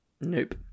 Nope